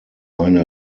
eine